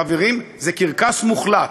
חברים, זה קרקס מוחלט.